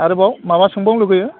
आरोबाव माबा सोंबावनो लुबैयो